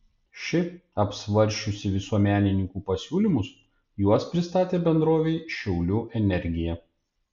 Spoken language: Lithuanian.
ši apsvarsčiusi visuomenininkų pasiūlymus juos pristatė bendrovei šiaulių energija